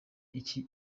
iki